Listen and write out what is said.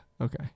Okay